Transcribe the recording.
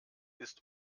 ist